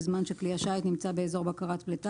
בזמן שכלי השיט נמצא באזור בקרת פליטה,